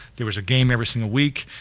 there was a game every single week,